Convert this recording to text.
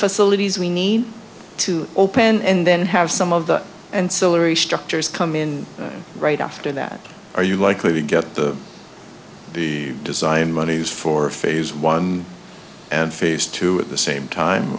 facilities we need to open and then have some of the and celery structures come in right after that are you likely to get the the design monies for phase one and phase two at the same time